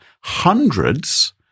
hundreds